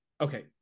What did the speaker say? Okay